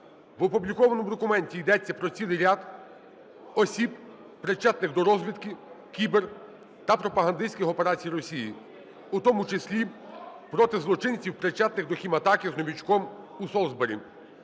В опублікованому документі йдеться про цілий ряд осіб, причетних до розвідки, кібер- та пропагандистських операцій Росії, у тому числі проти злочинців, причетних до хіматаки з "Новачком" у Солсбері.